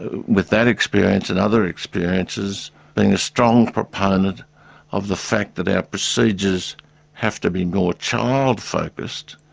with that experience and other experiences being a strong proponent of the fact that our procedures have to be more child focused,